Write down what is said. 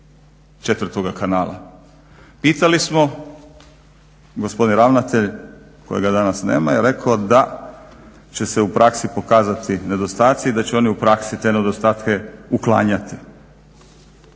četvrtoga kanala. Pitali smo, gospodin ravnatelj kojega danas nema je rekao da će se u praksi pokazati nedostaci i da će oni u praksi te nedostatke uklanjati.